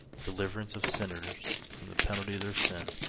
deliverance of sinners from the penalty of their sin,